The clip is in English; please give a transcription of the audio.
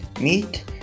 meat